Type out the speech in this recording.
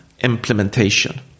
implementation